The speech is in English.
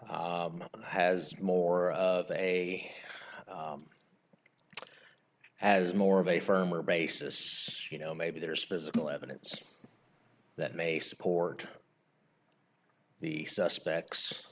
has more of a as more of a firmer basis you know maybe there's physical evidence that may support the suspects